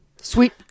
Sweet